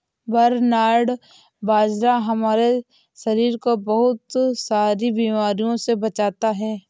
barnyard बाजरा हमारे शरीर को बहुत सारी बीमारियों से बचाता है